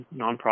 nonprofit